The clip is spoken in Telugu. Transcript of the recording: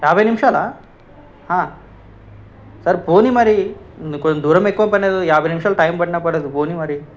యాభై నిమిషాలా సరే పోనివ్వు మరి కొంత దూరం ఎక్కువ పడినా కూడా యాభై నిమిషాలు టైం పడినా పర్వాలేదు పోని మరి